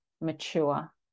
mature